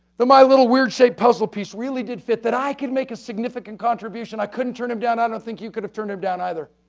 that my little weird shaped puzzle piece really did fit. that i could make a significant contribution. i couldn't turn him down. i don't think you could have turned him down either.